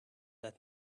let